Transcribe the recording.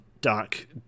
dark